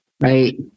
right